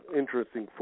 interesting